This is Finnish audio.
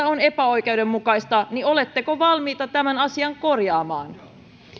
on epäoikeudenmukaista niin oletteko valmiita tämän asian korjaamaan